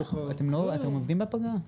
אתם עובדים בפגרה?